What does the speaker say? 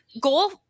goal